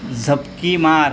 झपकी मार